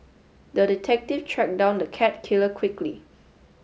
the detective tracked down the cat killer quickly